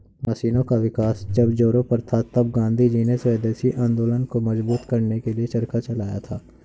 मशीनों का विकास जब जोरों पर था तब गाँधीजी ने स्वदेशी आंदोलन को मजबूत करने के लिए चरखा चलाया था